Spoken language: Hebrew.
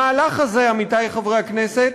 המהלך הזה, עמיתי חברי הכנסת,